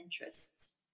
interests